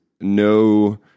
no